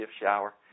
shower